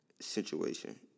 situation